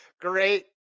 Great